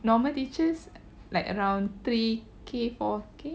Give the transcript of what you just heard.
normal teachers like around three K four K